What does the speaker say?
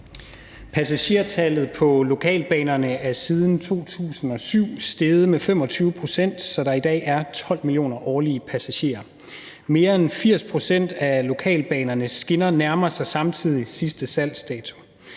Passagertallet på lokalbanerne er siden 2007 steget med 25 pct., så der i dag er 12 millioner passagerer årligt, og mere end 80 pct. af lokalbanernes skinner nærmer sig samtidig sidste salgsdato.